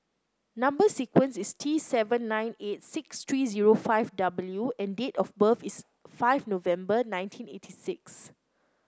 number sequence is T seven nine eight six three zero five W and date of birth is five November nineteen eighty six